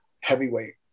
heavyweight